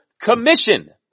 commission